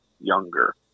younger